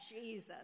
Jesus